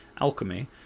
alchemy